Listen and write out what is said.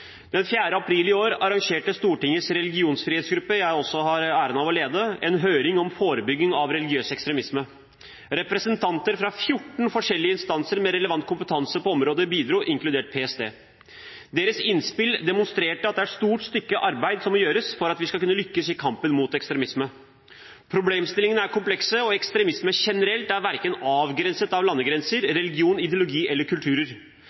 april i år arrangerte Stortingets regligionsfrihetsgruppe, som jeg har æren av å lede, en høring om forebygging av religiøs ekstremisme. Representanter fra 14 forskjellige instanser med relevant kompetanse på området bidro, inkludert PST. Deres innspill demonstrerte at det er et stort stykke arbeid som må gjøres for at vi skal kunne lykkes i kampen mot ekstremisme. Problemstillingen er kompleks, og ekstremisme generelt er ikke avgrenset verken av landegrenser, religion, ideologi eller